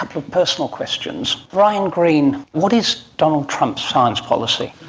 of personal questions. brian greene, what is donald trump's science policy?